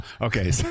Okay